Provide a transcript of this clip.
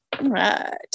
right